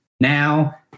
Now